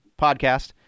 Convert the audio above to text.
podcast